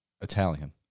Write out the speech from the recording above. Italian